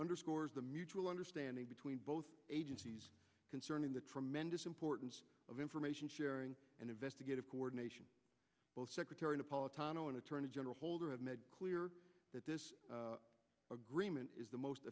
underscores the mutual understanding between both agencies concerning the tremendous importance of information sharing and investigative coordination secretary napolitano and attorney general holder have made clear that this agreement is the most